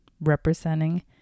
representing